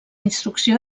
instrucció